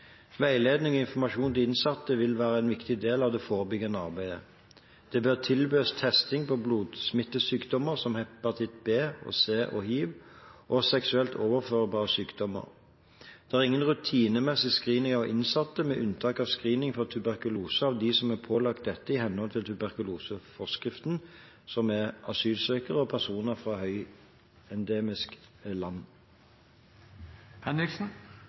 Veiledning og informasjon til innsatte vil være en viktig del av det forebyggende arbeidet. Det bør tilbys testing på blodsmittesykdommer som hepatitt B og C og hiv, og seksuelt overførbare sykdommer. Det er ingen rutinemessig screening av innsatte, med unntak av screening for tuberkulose av dem som er pålagt dette i henhold til tuberkuloseforskriften – asylsøkere og personer fra høyendemiske land.